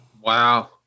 Wow